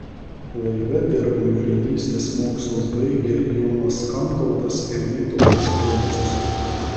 laive dirbo jūreivystės mokslus baigę jonas kantautas ir vytautas brencius